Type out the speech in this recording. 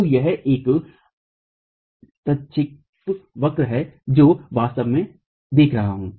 तो यह एक प्रक्षेपवक्र है जो वास्तव में देख रहा हूँ